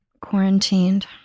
quarantined